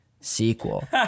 Sequel